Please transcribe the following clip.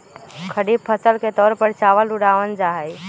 खरीफ फसल के तौर पर चावल उड़ावल जाहई